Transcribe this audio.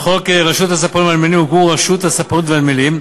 בחוק רשות הספנות והנמלים הוקמו רשות הספנות והנמלים,